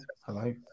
hello